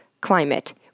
Climate